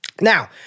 Now